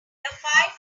five